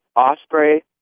osprey